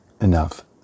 enough